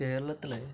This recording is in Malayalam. കേരളത്തിലെ